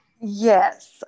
yes